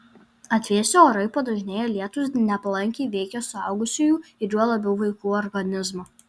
atvėsę orai padažnėję lietūs nepalankiai veikia suaugusiųjų ir juo labiau vaikų organizmą